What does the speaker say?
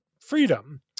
freedom